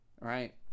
right